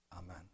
Amen